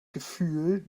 gefühl